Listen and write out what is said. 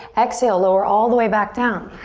exhale, lower all the way back down.